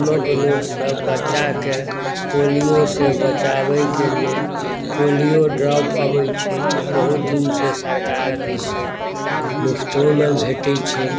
गामक लोकसभ बच्चाक पोलियोसँ बचाबैक लेल पोलियो ड्राप अबै छै जे बहुत दिनसँ सरकार दिससँ मुफ़्तोमे भेटै छै